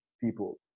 people